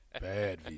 Bad